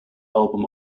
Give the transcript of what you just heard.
album